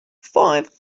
five